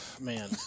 man